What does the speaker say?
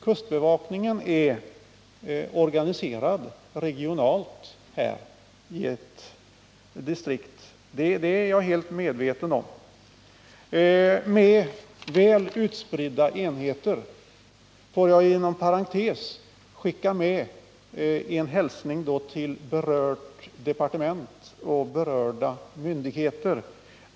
Kustbevakningen är organiserad regionalt i ett distrikt — det är jag helt medveten om — med väl utspridda enheter. Får jag inom parentes skicka med en hälsning till berört departement och berörda myndigheter.